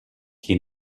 qui